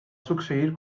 succeir